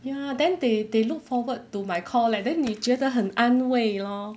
ya then they they look forward to my call leh then 你觉得很安慰 lor